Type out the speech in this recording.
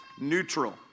neutral